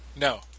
No